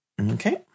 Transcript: Okay